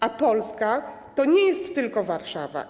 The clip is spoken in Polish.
A Polska to nie jest tylko Warszawa.